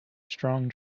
strong